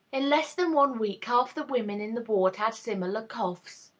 in less than one week half the women in the ward had similar coughs.